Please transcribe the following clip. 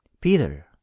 Peter